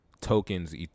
tokens